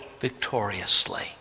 victoriously